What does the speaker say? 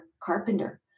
Carpenter